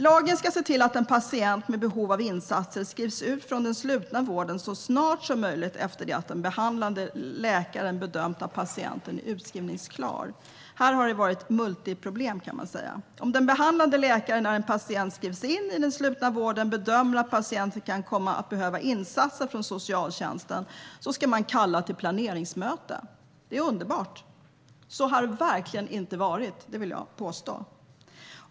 Lagen ska se till att en patient med behov av insatser skrivs ut från den slutna vården så snart som möjligt efter det att den behandlande läkaren bedömt att patienten är utskrivningsklar. Här har det varit multiproblem, kan man säga. Om den behandlande läkaren när en patient skrivs in i den slutna vården bedömer att patienten kan komma att behöva insatser från socialtjänsten ska man kalla till planeringsmöte. Det är underbart! Så har det verkligen inte varit, vill jag påstå.